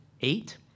eight